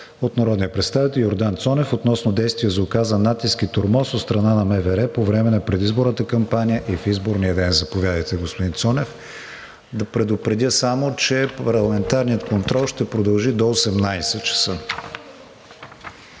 от народния представител Йордан Цонев относно действия за оказан натиск и тормоз от страна на МВР по време на предизборната кампания и в изборния ден. Заповядайте, господин Цонев. Да предупредя, че парламентарният контрол ще продължи до 18,00 ч.